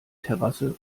terrasse